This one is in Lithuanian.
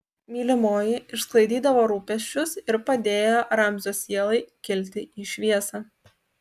mylimoji išsklaidydavo rūpesčius ir padėjo ramzio sielai kilti į šviesą